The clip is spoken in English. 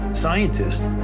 scientists